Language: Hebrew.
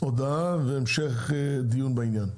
הודעה והמשך דיון בעניין.